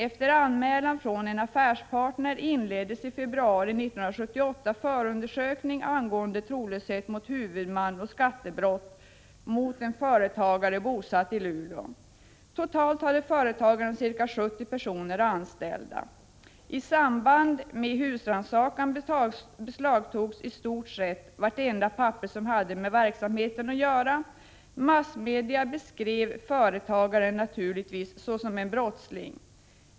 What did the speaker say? Efter anmälan från en affärspartner inleddes i februari 1978 förundersökning angående trolöshet mot huvudman och skattebrott mot en företagare bosatt i Luleå. Totalt hade företagaren ca 70 personer anställda. I samband med husrannsakan beslagtogs i stort sett vartenda papper som hade med verksamheten att göra. Massmedia beskrev naturligtvis företagaren såsom en brottsling.